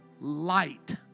light